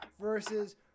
versus